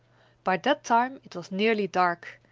by that time it was nearly dark,